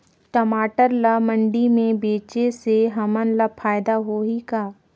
टमाटर ला मंडी मे बेचे से हमन ला फायदा होही का?